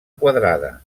quadrada